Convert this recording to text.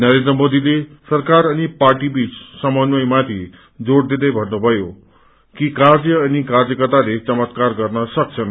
नरेन्द्र मोदीले सरकार अनि पार्टीबीच समन्वयमाथि जोड़ दिदै भन्नुभयो िक कार्य अनि कार्यकर्ताले चमत्कार गर्न सम्कछन्